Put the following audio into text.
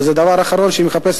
וזה הדבר האחרון שהיא מחפשת,